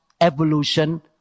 evolution